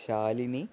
Shalini